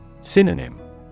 Synonym